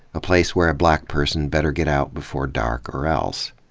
a place where a black person better get out before dark or else.